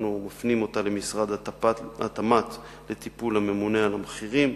אנחנו מפנים אותה למשרד התמ"ת לטיפול הממונה על המחירים.